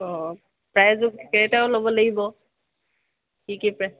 অঁ প্ৰাইজ কেইটাও ল'ব লাগিব কি কি